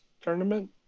tournament